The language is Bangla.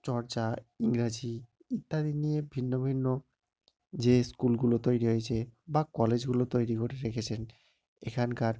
চর্চা ইংরাজি ইত্যাদি নিয়ে ভিন্ন ভিন্ন যে স্কুলগুলো তৈরী হয়েছে বা কলেজগুলো তৈরী করে রেখেছেন এখানকার